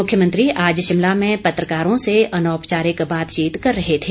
मुख्यमंत्री आज शिमला में पत्रकारों से अनौपचारिक बातचीत कर रहे थे